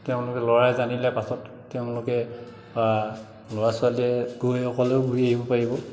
তেওঁলোকে ল'ৰাই জানিলে পাছত তেওঁলোকে ল'ৰা ছোৱালীয়ে গৈ অকলেও ঘূৰি আহিব পাৰিব